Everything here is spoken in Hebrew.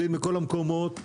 מכל המקומות,